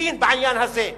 לדין בעניין הזה,